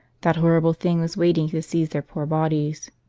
that horrible thing was waiting to seize their poor bodies.